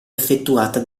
effettuata